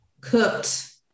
cooked